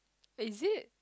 is it